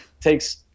takes